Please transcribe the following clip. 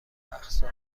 اقصا